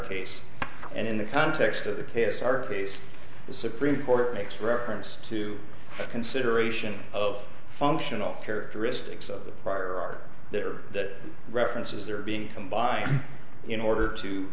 case and in the context of the case our case the supreme court makes reference to the consideration of functional characteristics of the prior art there that references their being combined in order to